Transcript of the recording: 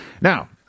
Now